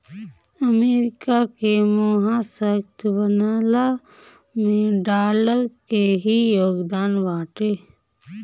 America के महाशक्ति बनला में डॉलर के ही योगदान बाटे